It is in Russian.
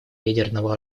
ядерного